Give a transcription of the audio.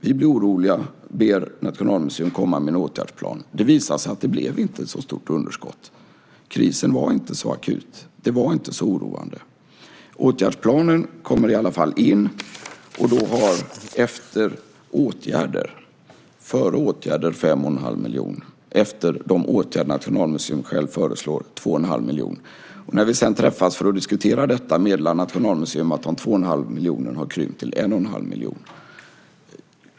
Vi blev oroliga och bad Nationalmuseum att komma med en åtgärdsplan. Det visade sig att det inte blev så stort underskott. Krisen var inte så akut. Det var inte så oroande. Åtgärdsplanen kom i alla fall in. Före åtgärder var det 5 1⁄2 miljoner. Efter de åtgärder som Nationalmuseum själv föreslog var det 2 1⁄2 miljoner. När vi sedan träffades för att diskutera detta meddelade Nationalmuseum att de 2 1⁄2 miljonerna krympt till 1 1⁄2 miljon.